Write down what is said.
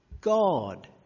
God